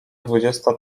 dwudziesta